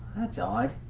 that's odd.